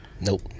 Nope